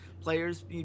players